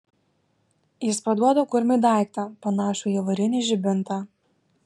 jis paduoda kurmiui daiktą panašų į avarinį žibintą